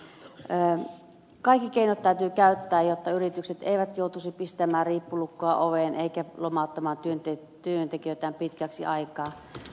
kaikki keinot täytyy käyttää jotta yritykset eivät joutuisi pistämään riippulukkoa oveen eivätkä lomauttamaan työntekijöitään pitkäksi aikaa